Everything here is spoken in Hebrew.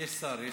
יש שר.